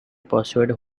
persuade